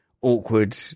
awkward